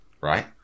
right